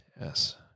Yes